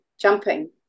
jumping